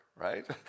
right